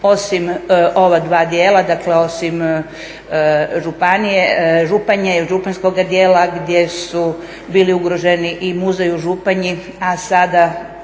Osim ova dva dijela, dakle osim Županje, županjskoga dijela gdje su bili ugroženi i muzej u Županji, a sada